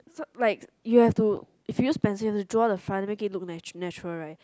so like you have to if you use pencil you have to draw the front to make it look nature natural right